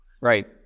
right